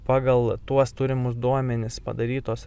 pagal tuos turimus duomenis padarytos